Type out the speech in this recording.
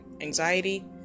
anxiety